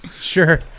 sure